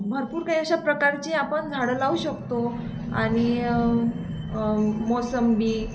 भरपूर काही अशा प्रकारची आपणझाडं लावू शकतो आणि मोसंबी